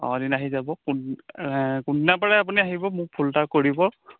অঁ এদিন আহি যাব কোন কোনদিনা পাৰে আপুনি আহিব মোক ফোন এটা কৰিব